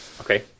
Okay